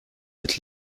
êtes